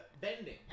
bending